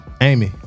Amy